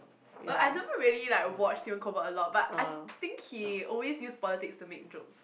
uh I never really like watch Stephen-Colbert a lot but I think he always use politics to make jokes